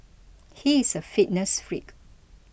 he is a fitness freak